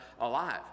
alive